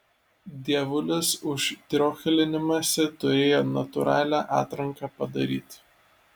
dievulis už triochlinimąsi turėjo natūralią atranką padaryt